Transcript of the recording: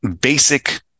basic